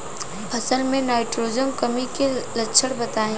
फसल में नाइट्रोजन कमी के लक्षण बताइ?